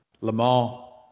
Lamar